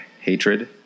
hatred